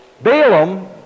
Balaam